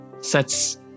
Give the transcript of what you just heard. sets